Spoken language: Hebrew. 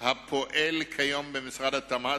הפועל כיום במשרד התמ"ת,